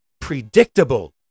predictable